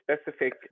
specific